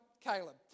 Caleb